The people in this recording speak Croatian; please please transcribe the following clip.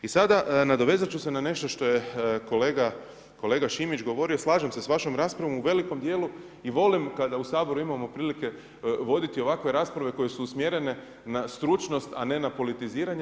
I sada nadovezati ću se na nešto što je kolega Šimić govorio, slažem se sa vašom raspravom u velikom dijelu i volim kada u Saboru imamo prilike voditi ovakve rasprave koje su usmjerene na stručnost a ne na politiziranje.